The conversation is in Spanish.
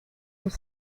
los